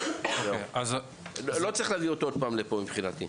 לא צריך להביא אותו עוד פעם לפה מבחינתי.